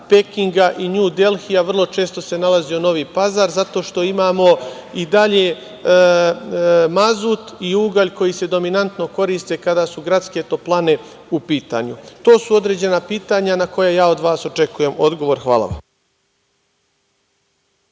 Pekinga i Nju Delhija vrlo često se nalazio Novi Pazar zato što imamo i dalje mazut i ugalj koji se dominantno koriste kada su gradske toplane u pitanju. To su određena pitanja na koja ja od vas očekujem odgovor. Hvala vam.